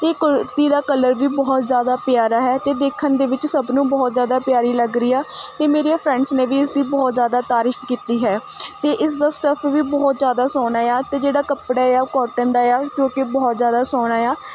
ਅਤੇ ਕੁੜਤੀ ਦਾ ਕਲਰ ਵੀ ਬਹੁਤ ਜ਼ਿਆਦਾ ਪਿਆਰਾ ਹੈ ਅਤੇ ਦੇਖਣ ਦੇ ਵਿੱਚ ਸਭ ਨੂੰ ਬਹੁਤ ਜ਼ਿਆਦਾ ਪਿਆਰੀ ਲੱਗ ਰਹੀ ਆ ਅਤੇ ਮੇਰੀਆਂ ਫ੍ਰੈਂਡਜ਼ ਨੇ ਵੀ ਇਸਦੀ ਬਹੁਤ ਜ਼ਿਆਦਾ ਤਾਰੀਫ਼ ਕੀਤੀ ਹੈ ਅਤੇ ਇਸਦਾ ਸਟੱਫ਼ ਵੀ ਬਹੁਤ ਜ਼ਿਆਦਾ ਸੋਹਣਾ ਆ ਅਤੇ ਜਿਹੜਾ ਕੱਪੜਾ ਆ ਉਹ ਕੌਟਨ ਦਾ ਆ ਜੋ ਕਿ ਬਹੁਤ ਜ਼ਿਆਦਾ ਸੋਹਣਾ ਆ